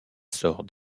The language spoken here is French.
sort